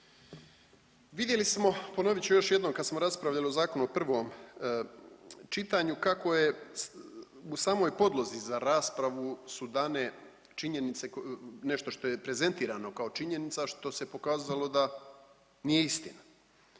Vidjeli smo, ponovit ću još jednom, kad smo raspravljali o zakonu u prvom čitanju kako je u samoj podlozi za raspravu su dane činjenice, nešto što je prezentirano kao činjenica, a što se pokazalo da nije istina.